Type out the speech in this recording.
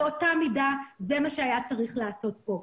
באותה מידה זה מה שהיה צריך לעשות פה.